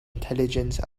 intelligence